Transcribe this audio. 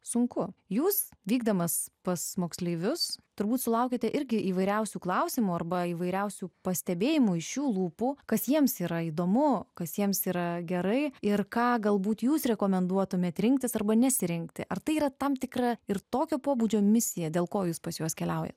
sunku jūs vykdamas pas moksleivius turbūt sulaukiate irgi įvairiausių klausimų arba įvairiausių pastebėjimų iš jų lūpų kas jiems yra įdomu kas jiems yra gerai ir ką galbūt jūs rekomenduotumėte rinktis arba nesirinkti ar tai yra tam tikra ir tokio pobūdžio misija dėl ko jis pas juos keliauja